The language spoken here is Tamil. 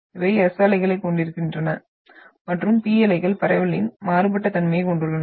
இவை S அலைகளைக் கொண்டிருக்கின்றன மற்றும் P அலைகள் பரவலின் மாறுபட்ட தன்மையைக் கொண்டுள்ளன